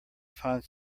find